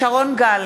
שרון גל,